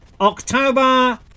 October